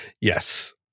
Yes